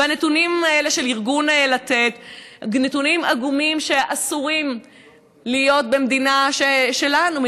והנתונים האלה של ארגון לתת הם נתונים עגומים שאסור שיהיו במדינה שלנו,